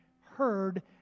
heard